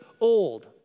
old